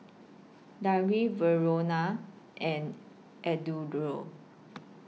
Dagny Verona and Eduardo